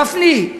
גפני,